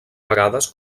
vegades